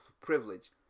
privilege